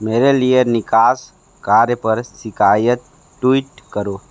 मेरे लिए निकास कार्य पर शिकायत ट्वीट करो